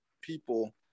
people